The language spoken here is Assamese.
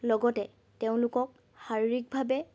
লগতে তেওঁলোকক শাৰীৰিকভাৱে